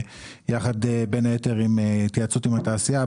ובין היתר יחד בהתייעצות עם התעשייה,